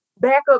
backup